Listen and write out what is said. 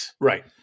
Right